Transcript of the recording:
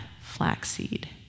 flaxseed